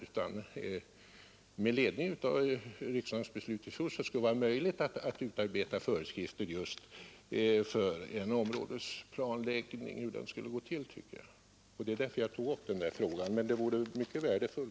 Redan med ledning av riksdagens beslut i fjol borde det därför vara möjligt, tycker jag, att utarbeta föreskrifter för hur en områdesplanläggning skulle gå till.